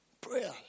Prayer